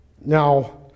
Now